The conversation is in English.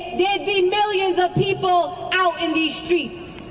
there'd be millions of people out in these streets.